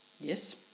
Yes